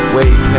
Wait